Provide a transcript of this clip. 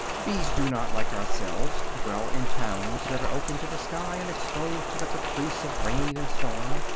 bees do not, like ourselves, dwell in towns that are open to the sky and exposed to the caprice of rain and storm,